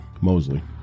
Mosley